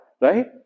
right